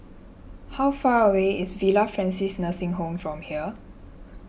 how far away is Villa Francis Nursing Home from here